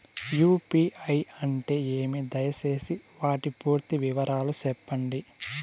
UPI అంటే ఏమి? దయసేసి వాటి పూర్తి వివరాలు సెప్పండి?